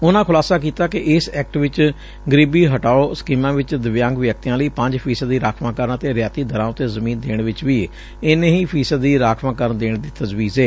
ਉਨਾਂ ਖੁਲਾਸਾ ਕੀਤਾ ਕਿ ਇਸ ਐਕਟ ਵਿੱਚ ਗਰੀਬੀ ਹਟਾਓ ਸਕੀਮਾਂ ਵਿੱਚ ਦਿਵਿਆਂਗ ਵਿਅਕਤੀਆਂ ਲਈ ਪੰਜ ਫੀਸਦੀ ਰਾਖਵਾਂਕਰਨ ਅਤੇ ਰਿਆਇਤੀ ਦਰਾਂ ਉਤੇ ਜ਼ ਮੀਨ ਦੇਣ ਵਿੱਚ ਵੀ ਇੰਨੇ ਹੀ ਫੀਸਦੀ ਰਾਖਵਾਂਕਰਨ ਦੇਣ ਦੀ ਤਜਵੀ ਜ਼ ਹੈ